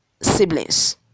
siblings